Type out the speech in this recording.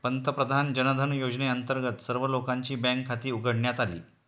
पंतप्रधान जनधन योजनेअंतर्गत सर्व लोकांची बँक खाती उघडण्यात आली